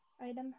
item